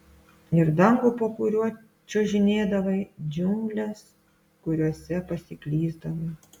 ir dangų po kuriuo čiuožinėdavai džiungles kuriose pasiklysdavai